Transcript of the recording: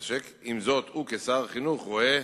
תוך כמה זמן יוכל משרדך לקדם את הנושא?